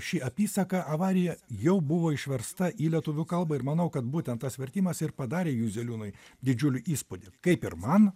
ši apysaka avarija jau buvo išversta į lietuvių kalbą ir manau kad būtent tas vertimas ir padarė juzeliūnui didžiulį įspūdį kaip ir man